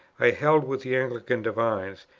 i held with the anglican divines,